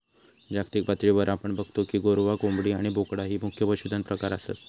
जागतिक पातळीवर आपण बगतो की गोरवां, कोंबडी आणि बोकडा ही मुख्य पशुधन प्रकार आसत